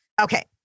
Okay